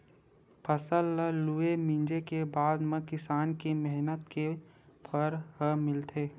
फसल ल लूए, मिंजे के बादे म किसान के मेहनत के फर ह मिलथे